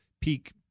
peak